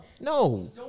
No